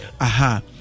aha